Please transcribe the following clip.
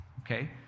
okay